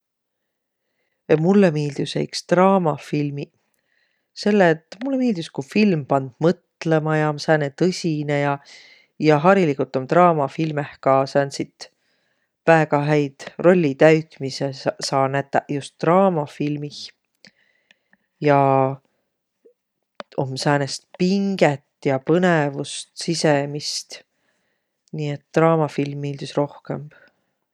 Mullõ miildüseq iks draamafilmiq. Selle et mullõ miildüs, ku film pand mõtlõma ja om sääne tõsinõ ja. Ja hariligult om draamafilmeh ka sääntsit väega häid rollitäütmise saa nätäq just draamafilmih. Ja om säänest pinget ja põnõvust sisemist. Nii et draamafilm miildüs rohkõmb.